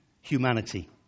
humanity